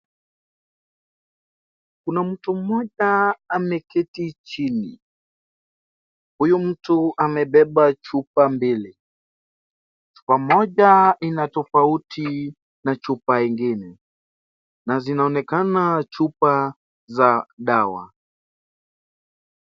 Kuna mtu mmoja ameketi chini, huyu mtu amebeba chupa mbili, chupa moja ina tofauti na chupa ingine, na zinaonekana chupa za dawa,